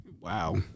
Wow